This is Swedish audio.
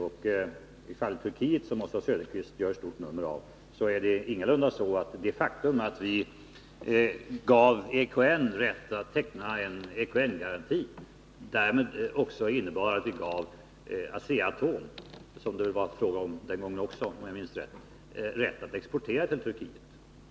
I fallet Turkiet, som Oswald Söderqvist gör stort nummer av, gav vi EKN rätt att teckna EKN-garanti, och vi gav Asea-Atom rätt att exportera till Turkiet.